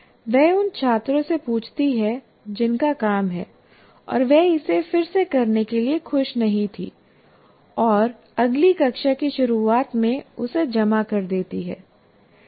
वह उन छात्रों से पूछती है जिनका काम है और वह इसे फिर से करने के लिए खुश नहीं थी और अगली कक्षा की शुरुआत में उसे जमा कर देती थी